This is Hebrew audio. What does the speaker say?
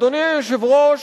אדוני היושב-ראש,